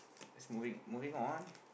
let's moving moving on